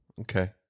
okay